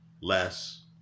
less